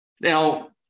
Now